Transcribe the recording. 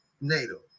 NATO